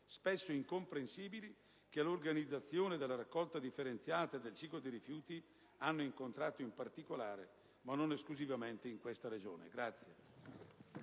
spesso incomprensibili, che l'organizzazione della raccolta differenziata e del ciclo dei rifiuti hanno incontrato in particolare, ma non esclusivamente, in questa Regione.